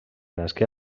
nasqué